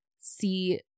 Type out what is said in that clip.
see